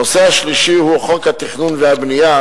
הנושא השלישי הוא חוק התכנון והבנייה,